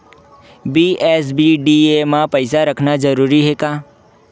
BSBDA मा पईसा रखना जरूरी हे का?